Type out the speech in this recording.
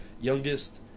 youngest